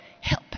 Help